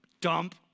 Dump